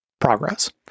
progress